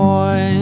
Boy